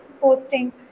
posting